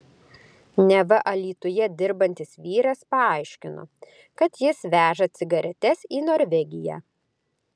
neva alytuje dirbantis vyras paaiškino kad jis veža cigaretes į norvegiją